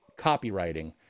copywriting